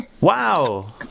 Wow